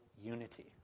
unity